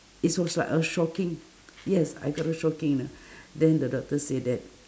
is was like a shocking yes I got a shocking lah then the doctor say that